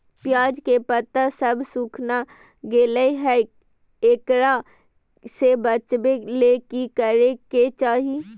प्याज के पत्ता सब सुखना गेलै हैं, एकरा से बचाबे ले की करेके चाही?